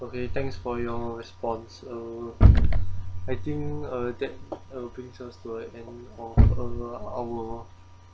okay thanks for your response uh I think uh that uh brings us to an end to our